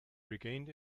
regained